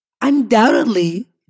undoubtedly